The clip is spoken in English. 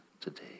today